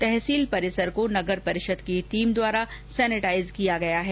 तहसील परिसर को नगर परिषद की टीम द्वारा सैनेटाइज किया गया है